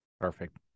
Perfect